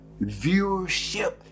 viewership